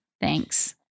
Thanks